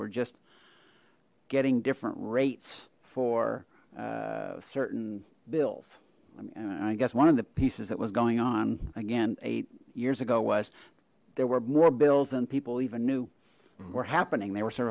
were just getting different rates for certain bills i mean i guess one of the pieces that was going on again eight years ago was there were more bills than people even knew were happening they were sort